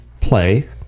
play